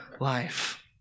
life